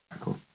cool